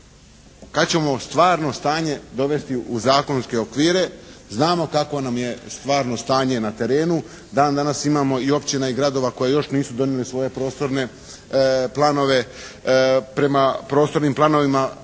Kad ćemo stvarno stanje dovesti u zakonske okvire, znamo kakvo nam je stvarno stanje na terenu. Dan danas imamo i općina i gradova koje još nisu donijele svoje prostorne planove. Prema prostornim planovima